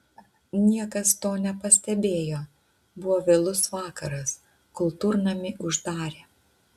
niekas to nepastebėjo buvo vėlus vakaras kultūrnamį uždarė